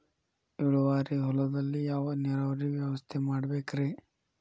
ಇಳುವಾರಿ ಹೊಲದಲ್ಲಿ ಯಾವ ನೇರಾವರಿ ವ್ಯವಸ್ಥೆ ಮಾಡಬೇಕ್ ರೇ?